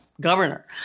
governor